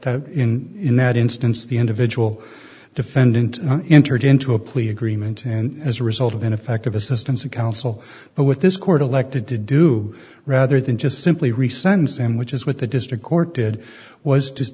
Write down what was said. t in in that instance the individual defendant entered into a plea agreement and as a result of ineffective assistance of counsel but what this court elected to do rather than just simply resign and sandwiches with the district court did was just